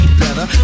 better